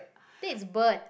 this is bird